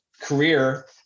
career